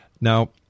Now